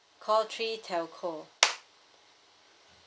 call three telco